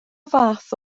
fath